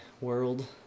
world